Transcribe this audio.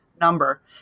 number